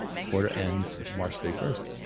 quarter ends march thirty first.